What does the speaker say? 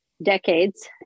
decades